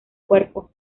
cuerpo